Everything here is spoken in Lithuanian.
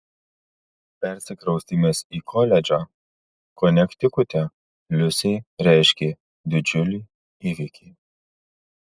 persikraustymas į koledžą konektikute liusei reiškė didžiulį įvykį